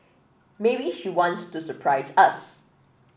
maybe she wants to surprise us